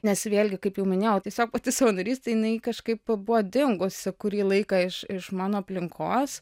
nes vėlgi kaip jau minėjau tiesiog pati savanorystė jinai kažkaip buvo dingusi kurį laiką iš iš mano aplinkos